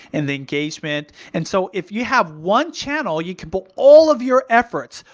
and engagement. and so, if you have one channel you can put all of your efforts,